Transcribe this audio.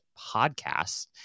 podcast